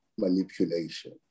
manipulation